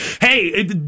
hey